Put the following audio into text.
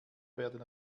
werden